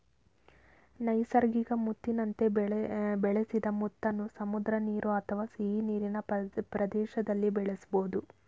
ನೈಸರ್ಗಿಕ ಮುತ್ತಿನಂತೆ ಬೆಳೆಸಿದ ಮುತ್ತನ್ನು ಸಮುದ್ರ ನೀರು ಅಥವಾ ಸಿಹಿನೀರಿನ ಪ್ರದೇಶ್ದಲ್ಲಿ ಬೆಳೆಸ್ಬೋದು